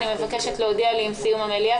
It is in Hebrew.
אני מבקשת להודיע לי עם סיום המליאה,